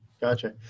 gotcha